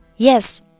Yes